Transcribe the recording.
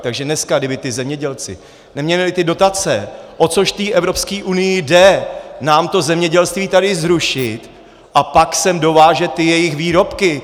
Takže dneska kdyby ti zemědělci neměli ty dotace o což té Evropské unii jde, nám to zemědělství tady zrušit, a pak sem dovážet ty jejich výrobky.